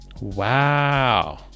Wow